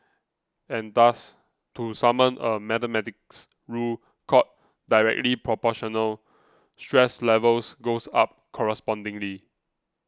and thus to summon a mathematics rule called Directly Proportional stress levels goes up correspondingly